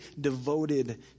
devoted